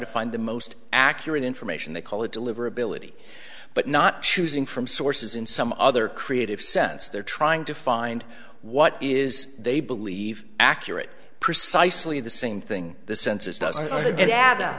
to find the most accurate information they call a deliverability but not choosing from sources in some other creative sense they're trying to find what is they believe accurate precisely the same thing the cens